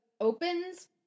opens